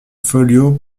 folliot